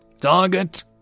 Target